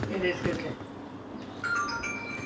but when you were in grade school we do a lot of work [what]